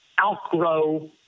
outgrow